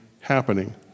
happening